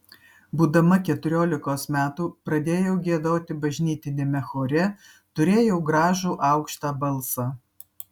būdama keturiolikos metų pradėjau giedoti bažnytiniame chore turėjau gražų aukštą balsą